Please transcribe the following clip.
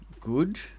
good